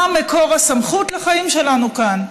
מה מקור הסמכות לחיים שלנו כאן: